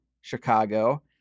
Chicago